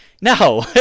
no